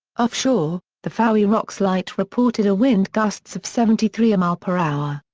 offshore, the fowey rocks light reported a wind gusts of seventy three mph.